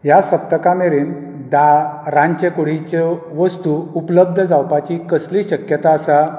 ह्या सप्तका मेरेन दाळ रांदचे कुडीच्यो वस्तू उपलब्ध जावपाची कसलीय शक्यताय आसा